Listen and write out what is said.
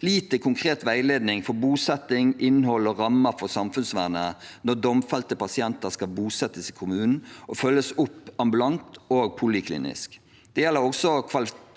lite konkret veiledning for bosetting, innhold og rammer for samfunnsvernet når domfelte pasienter skal bosettes i kommunen og følges opp ambulant og poliklinisk. Det gjelder også